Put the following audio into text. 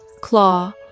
claw